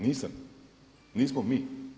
Nisam, nismo mi.